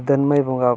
ᱫᱟᱹᱱᱢᱤ ᱵᱚᱸᱜᱟ